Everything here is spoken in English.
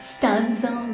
Stanza